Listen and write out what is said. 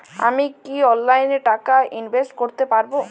আমি কি অনলাইনে টাকা ইনভেস্ট করতে পারবো?